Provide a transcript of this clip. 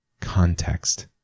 Context